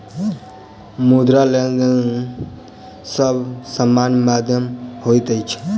मुद्रा, लेनदेनक सब सॅ सामान्य माध्यम होइत अछि